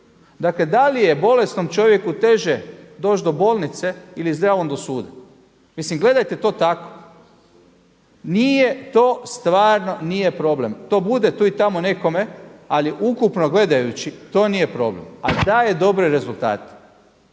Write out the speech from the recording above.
Dakle, da li je bolesnom čovjeku teže doći do bolnice ili zdravom do suda? Mislim gledajte to tako. Nije to stvarno nije problem. To bude tu i tamo nekome, ali ukupno gledajući to nije problem, a daje dobre rezultate.